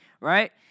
Right